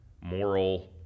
moral